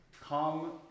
come